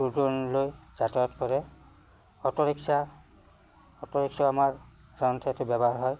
দূৰ দূৰণিলৈ যাতায়ত কৰে অ'টো ৰিক্সা অ'টো ৰিক্সা আমাৰ গাঁৱৰ চাইডত ব্যৱহাৰ হয়